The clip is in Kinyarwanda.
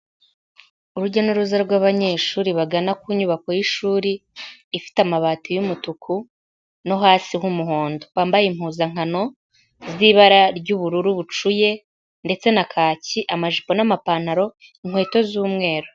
Urujya n'uruza rw'abanyeshuri bagana ku nyubako y'ishuri, ifite amabati y'umutuku no hasi h'umuhondo. Bambaye impuzankano z'ibara ry'ubururu bucuye, ndetse na kacyi amajipo n'amapantaro, inkweto z'umweru.